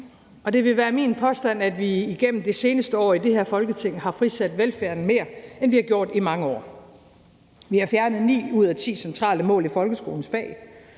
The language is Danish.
og det vil være min påstand, at vi igennem det seneste år i det her Folketing har frisat velfærden mere, end vi har gjort i mange år. Vi fjerner ni ud af ti centrale mål i folkeskolens fag.